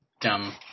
dumb